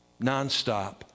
nonstop